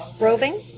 roving